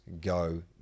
go